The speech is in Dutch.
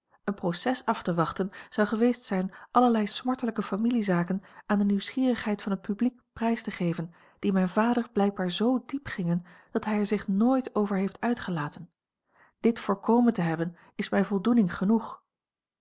een proces af te wachten zou geweest zijn allerlei smartelijke familiezaken a l g bosboom-toussaint langs een omweg aan de nieuwsgierigheid van het publiek prijs te geven die mijn vader blijkbaar zoo diep gingen dat hij er zich nooit over heeft uitgelaten dit voorkomen te hebben is mij voldoening genoeg